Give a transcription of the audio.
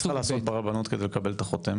מה היית צריכה לעשות ברבנות כדי לקבל את החותמת?